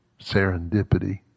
serendipity